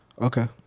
Okay